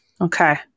Okay